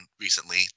recently